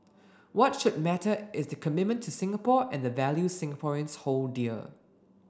what should matter is the commitment to Singapore and the values Singaporeans hold dear